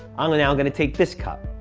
i'm going and i'm going to take this cup.